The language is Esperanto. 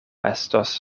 estos